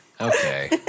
okay